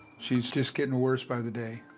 she's just getting worse by the day.